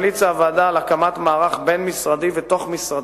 המליצה הוועדה על הקמת מערך בין-משרדי ותוך-משרדי,